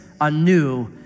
anew